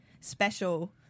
special